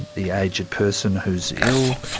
the aged person who's ill,